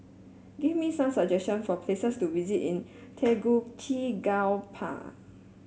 give me some suggestion for places to visit in Tegucigalpa